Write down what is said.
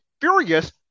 furious